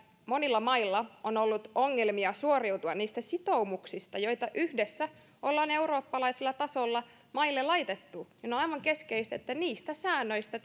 monilla mailla on ollut ongelmia suoriutua niistä sitoumuksista joita yhdessä olemme eurooppalaisella tasolla maille laittaneet on aivan keskeistä että niistä säännöistä